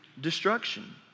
destruction